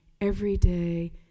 everyday